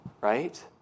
right